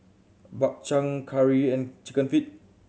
Bak Chang curry and Chicken Feet